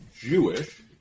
Jewish